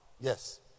Yes